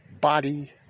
Body